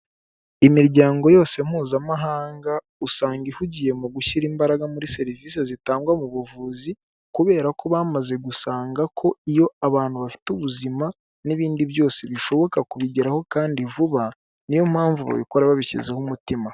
Imiryango yose mpuzamahanga usanga ihugiye mu gushyira imbaraga muri serivisi zitangwa mu buvuzi kubera ko bamaze gusanga ko iyo abantu bafite ubuzima n'ibindi byose bishoboka kubigeraho kandi vuba niyo mpamvu babikora babishyizeho umutima.